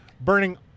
burning